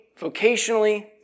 vocationally